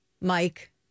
Mike